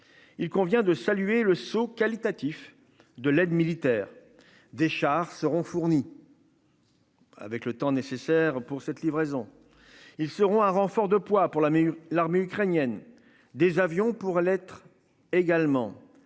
Il convient de saluer le saut qualitatif de l'aide militaire des chars seront fournis. Avec le temps nécessaire pour cette livraison, ils seront un renfort de poids pour la. Mais l'armée ukrainienne des avions pour l'être également